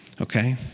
Okay